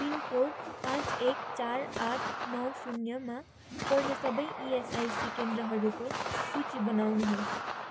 pin code पाँच एक चार आठ नौ शून्यमा पर्ने सबै इएसआइसी केन्द्रहरूको सूची बनाउनुहोस्